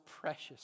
precious